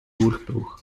durchbruch